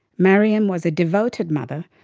maryam was a devoted mother,